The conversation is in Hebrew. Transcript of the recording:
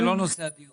אבל זה לא נושא הדיון.